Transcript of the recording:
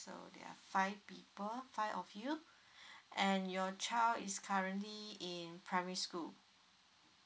five people five of you and your child is currently in primary school